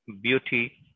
beauty